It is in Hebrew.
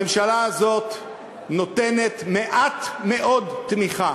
הממשלה הזאת נותנת מעט מאוד תמיכה,